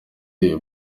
uyu